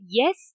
yes